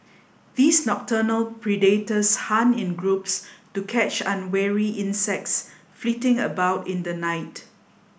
these nocturnal predators hunt in groups to catch unwary insects flitting about in the night